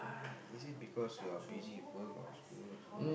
is it because you're busy work or school lah